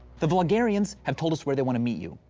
the vulgarians have told us where they want to meet you.